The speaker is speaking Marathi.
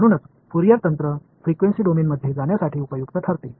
म्हणूनच फ्युरियर तंत्र फ्रिक्वेन्सी डोमेनमध्ये जाण्यासाठी उपयुक्त ठरते